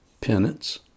penance